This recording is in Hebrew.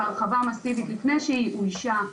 והרחבה מסיבית לפני שהיא אוישה,